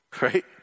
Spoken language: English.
Right